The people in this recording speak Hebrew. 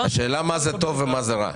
השאלה מה זה טוב ומה זה רע.